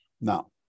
Now